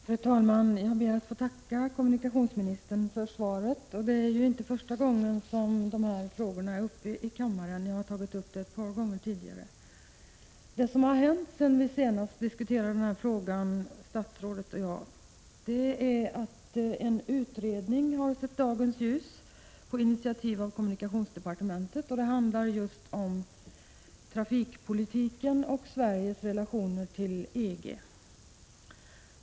Fru talman! Jag ber att få tacka kommunikationsministern för svaret. Det är ju inte första gången som de här frågorna behandlas i kammaren. Jag har tagit upp dem ett par gånger tidigare. Sedan statsrådet och jag senast diskuterade frågan har en utredning sett dagens ljus. Utredningen har gjorts på initiativ av kommunikationsdeparte mentet och handlar om just trafikpolitiken och Sveriges relationer till EG.